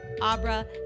Abra